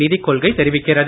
நிதிக் கொள்கை தெரிவிக்கிறது